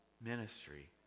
ministry